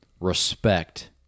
respect